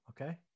Okay